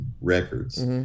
records